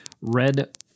Red